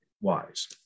wise